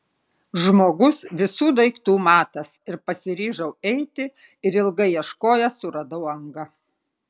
žmogus visų daiktų matas ir pasiryžau eiti ir ilgai ieškojęs suradau angą